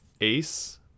Ace